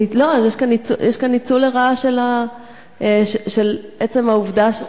לא, יש כאן ניצול לרעה של עצם העובדה,